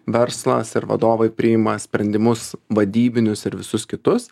verslas ir vadovai priima sprendimus vadybinius ir visus kitus